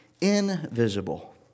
invisible